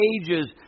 ages